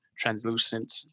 translucent